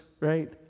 right